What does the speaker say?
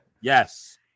Yes